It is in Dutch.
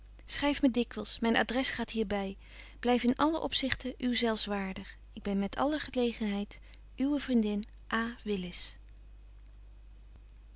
schryf my dikwyls myn adres gaat hier by blyf in allen opzichte u zelfs waardig ik ben met alle genegenheid uwe vriendin